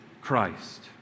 Christ